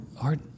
art